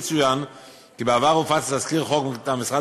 יצוין כי בעבר הופץ תזכיר חוק מטעם משרד